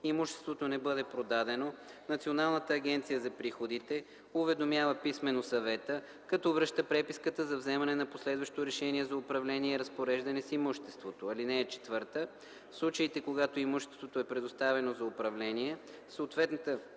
имуществото не бъде продадено, Националната агенция за приходите уведомява писмено съвета, като връща преписката за вземане на последващо решение за управление и разпореждане с имуществото. (4) В случаите, когато имущество е предоставено за управление, съответната